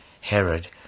Herod